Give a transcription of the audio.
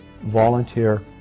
Volunteer